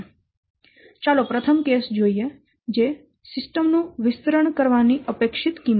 તેથી ચાલો પ્રથમ કેસ જોઈએ જે સિસ્ટમ નું વિસ્તરણ કરવાની અપેક્ષિત કિંમત છે